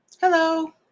Hello